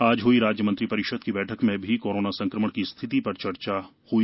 आज हुई राज्यमंत्री परिषद की बैठक में भी कोरोना संक्रमण की स्थिति पर चर्चा की गई